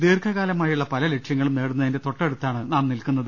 ദീർഘകാലമായുള്ള പല ലക്ഷ്യങ്ങളും നേടുന്നതിന്റെ തൊട്ടടുത്താണ് നാം നിൽക്കുന്നത്